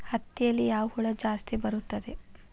ಹತ್ತಿಯಲ್ಲಿ ಯಾವ ಹುಳ ಜಾಸ್ತಿ ಬರುತ್ತದೆ?